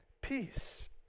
peace